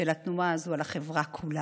של התנועה הזאת על החברה כולה.